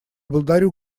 благодарю